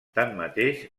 tanmateix